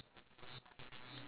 gwen or ben